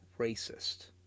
racist